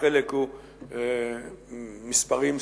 חלק הוא מספרים סטטיסטיים,